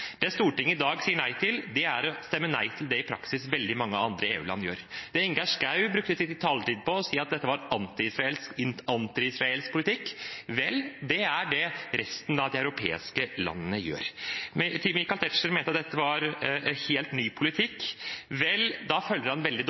Det Stortinget i dag sier nei til, er å si nei til det veldig mange andre EU-land gjør i praksis. Ingjerd Schou brukte sin taletid på å si at dette var antiisraelsk politikk. Vel, det er det resten av de europeiske landene gjør. Til Michael Tetzschner, som mente at dette var helt ny politikk: Vel, da følger han veldig